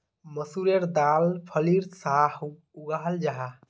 मसूरेर दाल फलीर सा उगाहल जाहा